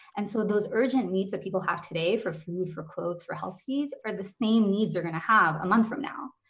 and so those urgent needs that people have today for food, for clothes, for health fees, are the same needs they're gonna have a month from now.